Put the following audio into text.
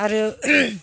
आरो